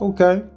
Okay